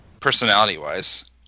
Personality-wise